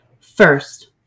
First